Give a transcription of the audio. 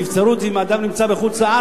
נבצרות זה אם אדם נמצא בחוץ-לארץ,